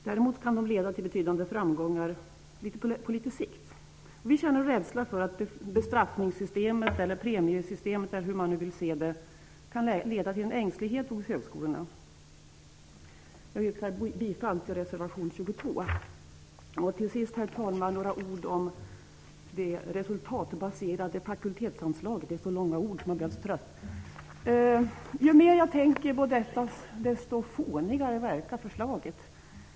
Däremot kan de leda till beydande framgångar på litet sikt. Vi känner rädsla för att bestraffningssystemet eller premiesystemet, hur man nu vill se det, kan leda till ängslighet hos högskolorna. Jag yrkar bifall till reservation 22. Så, herr talman, några ord om resultatbaserade fakultetsanslag. Det är så långa ord att man blir trött. Ju mer jag tänker på detta desto fånigare verkar förslaget.